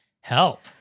Help